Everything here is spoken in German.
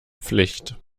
pflicht